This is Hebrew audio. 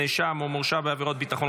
נאשם או מורשע בעבירת ביטחון,